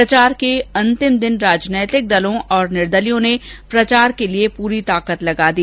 प्रचार के अंतिम दिन राजनैतिक दलों और निर्दलीयों ने प्रचार के लिए पूरी ताकत लगा दी